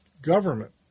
government